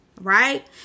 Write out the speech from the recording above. right